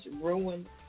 Ruin